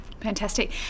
Fantastic